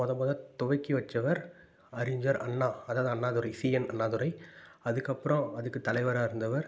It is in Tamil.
மொதல் மொதல் துவக்கி வைத்தவர் அறிஞர் அண்ணா அதாவது அண்ணாதுரை சிஎன் அண்ணாதுரை அதுக்கப்புறம் அதுக்கு தலைவராக இருந்தவர்